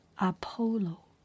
Apollo